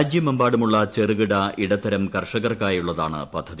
രാജ്യമെമ്പാടുമുള്ള ചെറുകിട ഇടത്തര കർഷകർക്കായുള്ളതാണ് പദ്ധതി